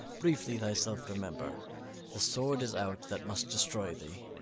briefly thyself remember the sword is out that must destroy thee.